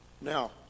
Now